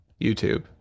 YouTube